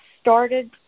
started